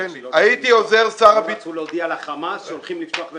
הם לא רצו להודיע לחמאס שהולכים לפתוח במלחמה.